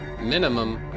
minimum